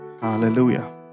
Hallelujah